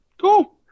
cool